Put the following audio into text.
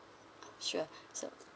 sure so